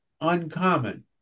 uncommon